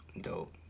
dope